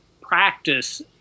practice